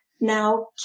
now